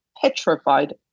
petrified